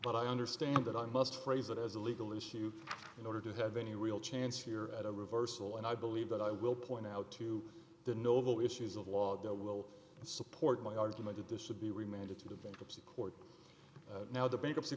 but i understand that i must phrase it as a legal issue in order to have any real chance here at a reversal and i believe that i will point out to the novo issues of law that will support my argument that this should be remanded to the victims of court now the bankruptcy